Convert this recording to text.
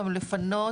גם לפנות,